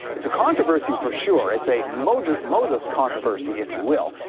it's a controversy for sure, it's a moses moses controversy if you will,